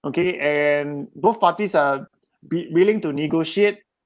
okay and both parties are be willing to negotiate